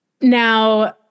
Now